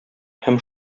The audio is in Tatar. һәм